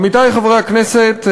עמיתי חברי הכנסת,